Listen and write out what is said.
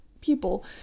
people